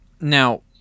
Now